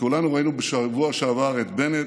כולנו ראינו בשבוע שעבר את בנט,